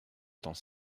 dans